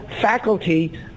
faculty